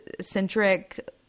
centric